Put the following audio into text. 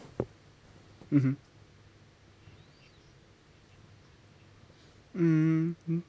mmhmm mmhmm